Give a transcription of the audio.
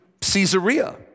Caesarea